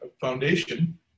foundation